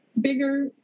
bigger